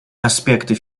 аспекты